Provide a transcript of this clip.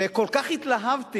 וכל כך התלהבתי,